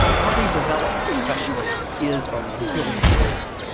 puppy development specialist is a real job.